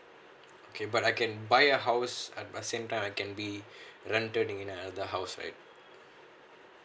okay but I can buy a house ah but same time I can be rented in the house right